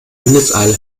windeseile